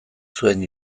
zuen